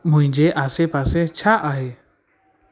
मुंहिंजे आसेपासे छा आहे